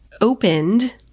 opened